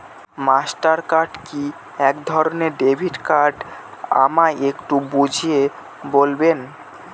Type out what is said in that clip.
Master card কি একধরণের debit card আমায় একটু বুঝিয়ে বলবেন?